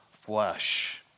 flesh